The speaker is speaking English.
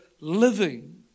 living